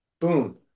Boom